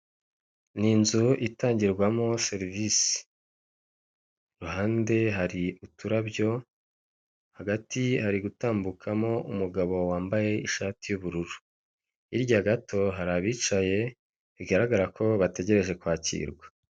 Ni inzu itangirwamo serivisi, iruhande hari uturarabyo hagati hari gutambukamo umugabo wambaye ishati y'ubururu, hirya gato hari abicaye bigaragara ko bategereje kwakirwa.